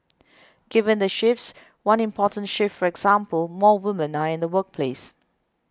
given the shifts one important shift for example more women are in the workforce